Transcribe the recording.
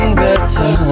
better